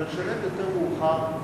אלא לשלם יותר מאוחר,